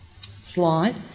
slide